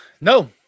No